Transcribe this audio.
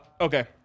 Okay